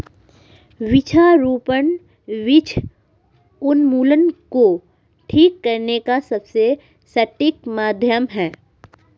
वृक्षारोपण वृक्ष उन्मूलन को ठीक करने का सबसे सटीक माध्यम है